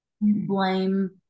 blame